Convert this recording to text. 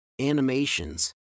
animations